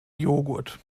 jogurt